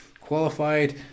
qualified